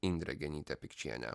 indrė genytė pikčienė